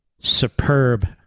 superb